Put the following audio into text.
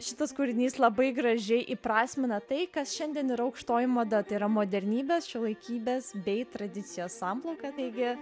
šitas kūrinys labai gražiai įprasmina tai kas šiandien yra aukštoji mada tai yra modernybės šiuolaikybės bei tradicijos samplaika taigi